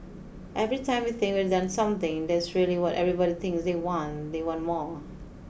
every time we think we've done something that's really what everybody thinks they want they want more